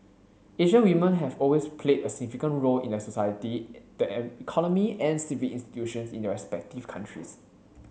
Asian women have always played a significant role in society the economy and civic institutions in their respective countries